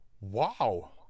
wow